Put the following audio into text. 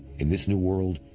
in this new world,